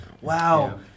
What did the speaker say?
wow